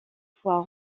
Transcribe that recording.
fois